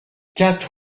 quatre